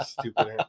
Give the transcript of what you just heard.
Stupid